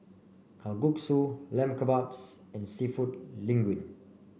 Kalguksu Lamb Kebabs and seafood Linguine